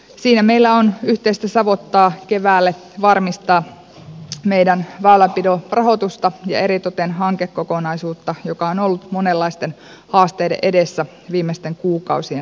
siinä meillä on yhteistä savottaa keväälle varmistaa meidän väylänpidon rahoitusta ja eritoten hankekokonaisuutta joka on ollut monenlaisten haasteiden edessä viimeisten kuukausien aikana